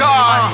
God